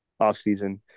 offseason